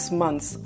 months